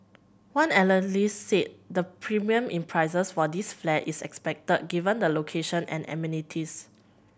one analyst said the premium in prices for these flats is expected given the location and amenities